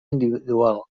individual